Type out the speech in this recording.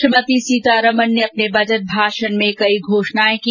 श्रीमती सीतारमण ने अपने बजट भाषण में कई घोषणा की